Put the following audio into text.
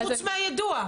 חוץ מהיידוע.